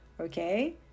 okay